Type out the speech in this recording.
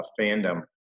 Fandom